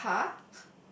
sapa